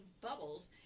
bubbles